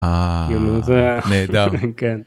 אה, כאילו זה ה.. נהדר.